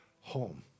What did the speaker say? home